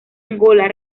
angola